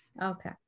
Okay